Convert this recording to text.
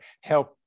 help